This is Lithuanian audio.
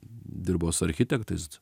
dirbo su architektais